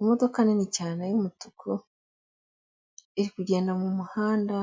Imodoka nini cyane y’umutuku iri kugenda mu muhanda,